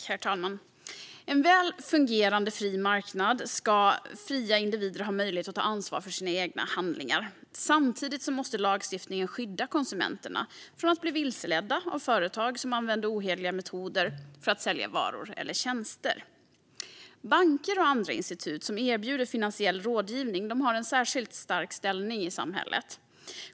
Herr talman! På en väl fungerande fri marknad ska fria individer ha möjlighet att ta ansvar för sina egna handlingar. Samtidigt måste lagstiftningen skydda konsumenterna från att bli vilseledda av företag som använder ohederliga metoder för att sälja varor eller tjänster. Banker och andra institut som erbjuder finansiell rådgivning har en särskilt stark ställning i samhället.